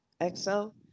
XO